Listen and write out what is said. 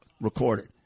Recorded